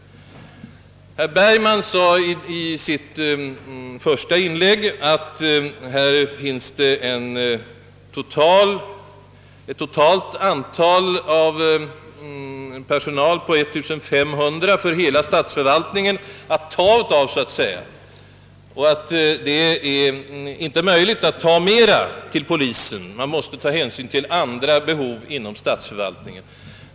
Herr Bergman sade i sitt första inlägg att man totalt har att fördela 1500 tjänster inom hela statsförvaltningen och att det inte är möjligt att avdela fler till polisen än som föreslagits om man skall ta hänsyn till även andra behov inom statsförvaltningen.